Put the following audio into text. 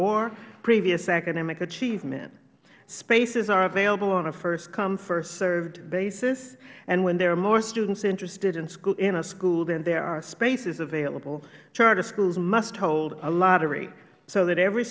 or previous academic achievement spaces are available on a first come first served basis and when there are more students interested in a school than there are spaces available charter schools must hold a lottery so that every